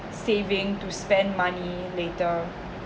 saving to spend money later